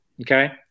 Okay